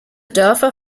dörfer